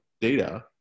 data